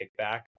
kickback